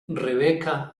rebeca